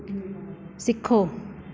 सिखो